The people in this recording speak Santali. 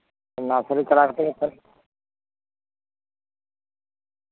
ᱱᱟᱨᱥᱟᱨᱤ ᱪᱟᱞᱟᱣ ᱠᱟᱛᱮᱫ ᱜᱮ ᱪᱮᱫ